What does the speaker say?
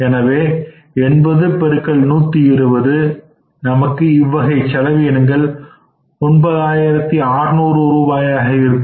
எனவே 80 X 120 நமக்கு இவ்வகைச் செலவினங்கள் 9600 ரூபாயாக இருக்கும்